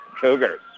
cougars